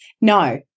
No